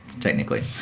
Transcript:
Technically